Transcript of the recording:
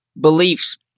beliefs